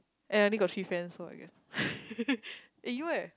and I only got three friends so I guess eh you eh